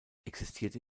existiert